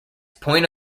point